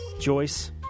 Joyce